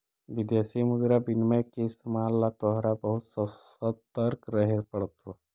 विदेशी मुद्रा विनिमय के इस्तेमाल ला तोहरा बहुत ससतर्क रहे पड़तो